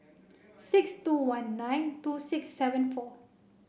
six two one nine two six seven four